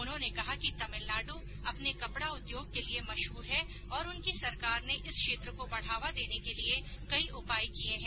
उन्होंने कहा कि तमिलनाडु अपने कपड़ा उद्योग के लिए मशहूर है और उनकी सरकार ने इस क्षेत्र को बढ़ावा देने के लिए कई उपाय किये हैं